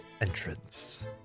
entrance